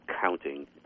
counting